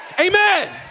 Amen